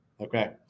okay